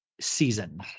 season